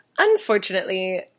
Unfortunately